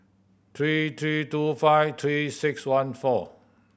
three three two five Three Six One four